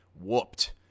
whooped